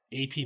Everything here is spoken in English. AP